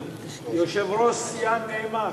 יושב-ראש סיעה נאמן.